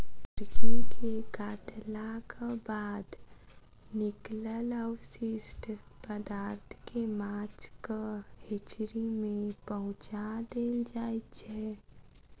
मुर्गी के काटलाक बाद निकलल अवशिष्ट पदार्थ के माछक हेचरी मे पहुँचा देल जाइत छै